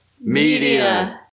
Media